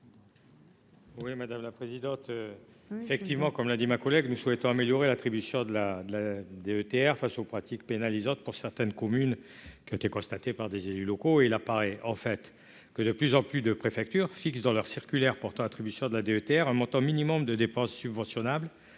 Oui, madame la présidente, effectivement comme l'a dit ma collègue, nous souhaitons améliorer l'attribution de la de la DETR face aux pratiques pénalisante pour certaines communes qui ont été constatés par des élus locaux et l'appareil en fait que de plus en plus de préfecture fixe dans leurs circulaire portant attribution de la DETR, un montant minimum de dépense subventionne able